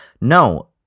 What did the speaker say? no